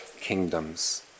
kingdoms